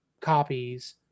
copies